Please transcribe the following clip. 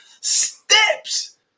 Steps